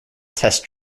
test